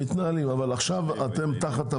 אבל עכשיו אתם תחת הוועדה.